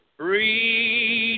free